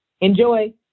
Enjoy